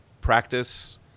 practice